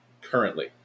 currently